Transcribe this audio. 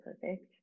perfect